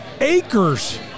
acres